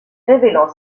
révélant